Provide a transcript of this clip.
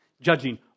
judging